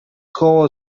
koło